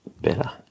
better